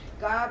God